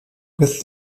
with